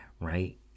right